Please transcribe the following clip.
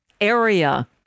area